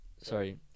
Sorry